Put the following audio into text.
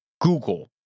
Google